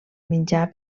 menjar